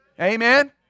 Amen